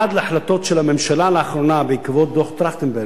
עד להחלטות של הממשלה לאחרונה בעקבות דוח-טרכטנברג,